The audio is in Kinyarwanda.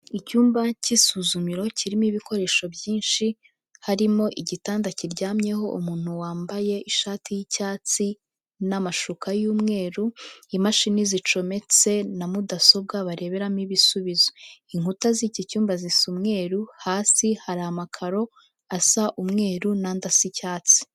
Icyumba cy'isuzumiro kirimo ibikoresho byinshi harimo igitanda kiryamyeho umuntu wambaye ishati y'icyatsi n'amashuka y'umweru, imashini zicometse na mudasobwa bareberamo ibisubizo, inkuta z'iki cyumba zisa umweru, hasi hari amakaro asa umweru n'andi asa icyatsi.